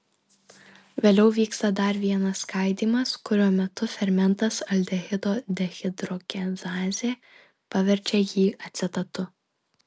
vėliau vyksta dar vienas skaidymas kurio metu fermentas aldehido dehidrogenazė paverčia jį acetatu